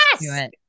Yes